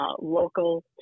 local